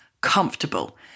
comfortable